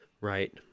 Right